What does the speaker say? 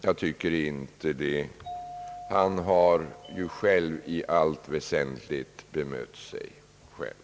Jag tycker inte det, Han har ju i allt väsentligt bemött sig själv,